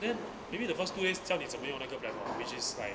then maybe the first two days 教你怎么用那个 ref~ lor which is like